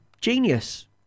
genius